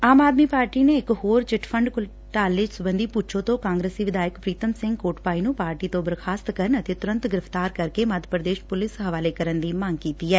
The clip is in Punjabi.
ਆਮ ਆਦਮੀ ਪਾਰਟੀ ਨੇ ਇਕ ਹੋਰ ਚਿੱਟ ਫੰਡ ਘੁਟਾਲੇ ਸਬੰਧੀ ਭੁੱਚੋਂ ਤੋਂ ਕਾਂਗਰਸੀ ਵਿਧਾਇਕ ਪ੍ਰੀਤਮ ਸਿੰਘ ਕੋਟਭਾਈ ਨੂੰ ਪਾਰਟੀ ਚੋਂ ਬਰਖ਼ਾਸਤ ਕਰਨ ਅਤੇ ਤੁਰੰਤ ਗ੍ਰਿਫ਼ਤਾਰ ਕਰਕੇ ਮੱਧ ਪ੍ਰਦੇਸ਼ ਪੁਲਿਸ ਹਵਾਲੇ ਕਰਨ ਦੀ ਮੰਗ ਕੀਂਡੀ ਐ